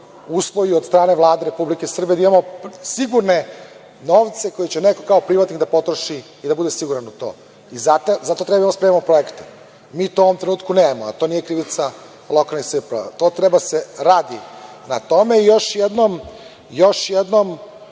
uslovi od strane Vlade Republike Srbije. Imamo sigurne novce koje će neko kao privatnik da potroši i da bude siguran u to. Zato treba da spremimo projekte. Mi ih u ovom trenutku nemamo. To nije krivica lokalnih samouprava, treba da se radi na tome. Još jednom, moram